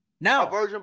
Now